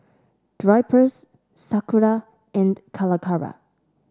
Drypers Sakura and Calacara